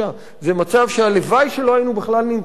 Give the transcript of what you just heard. זה מצב שהלוואי שלא היינו בכלל נמצאים בו.